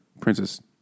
Princess